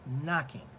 knocking